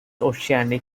oceanic